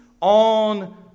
on